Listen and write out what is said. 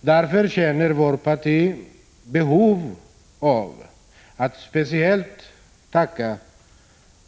Vårt parti känner därför behov av att speciellt tacka